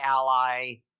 ally